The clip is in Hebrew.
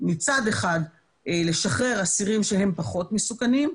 מצד אחד לשחרר אסירים שהם פחות מסוכנים,